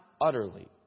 utterly